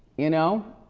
you know?